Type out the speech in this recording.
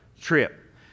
trip